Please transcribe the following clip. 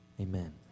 amen